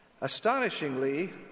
Astonishingly